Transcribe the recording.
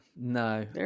No